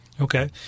Okay